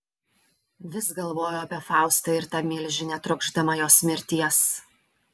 vis galvojau apie faustą ir tą milžinę trokšdama jos mirties